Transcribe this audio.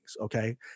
okay